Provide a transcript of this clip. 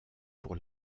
pour